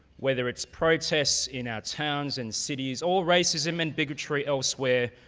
whether it's protests in our towns and cities, all racism and bigotry elsewhere,